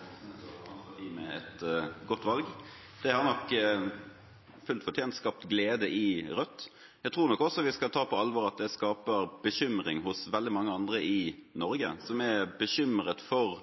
hans parti med et godt valg. Det har nok, fullt fortjent, skapt glede i Rødt. Jeg tror nok også vi skal ta på alvor at det skaper bekymring hos veldig mange andre i Norge, som er bekymret for